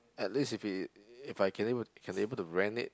at least if we if I can able to can able to rent it